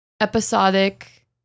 episodic